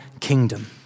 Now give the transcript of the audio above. kingdom